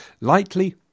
lightly